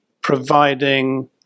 providing